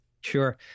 Sure